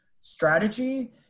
strategy